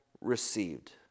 received